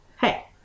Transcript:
hey